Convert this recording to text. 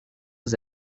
aux